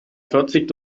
vierzig